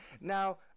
Now